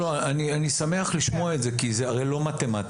אני שמח לשמוע את זה כי זה הרי לא מתמטיקה.